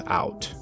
out